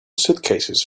suitcases